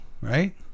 right